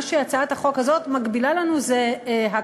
מה שהצעת החוק הזאת מגבילה לנו זה הכרה